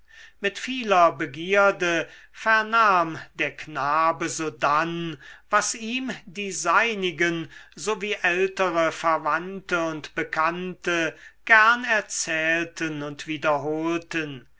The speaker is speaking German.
mit vieler begierde vernahm der knabe sodann was ihm die seinigen so wie ältere verwandte und bekannte gern erzählten und wiederholten